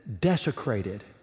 desecrated